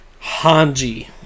Hanji